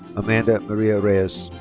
amanda maria reyes.